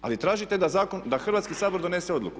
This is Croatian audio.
Ali tražite da Hrvatski sabor donese odluku.